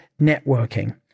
networking